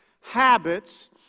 Habits